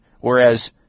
whereas